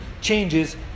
changes